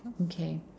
okay